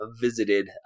visited